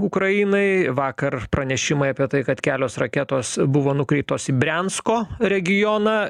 ukrainai vakar pranešimai apie tai kad kelios raketos buvo nukreiptos į briansko regioną